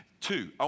Two